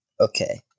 Okay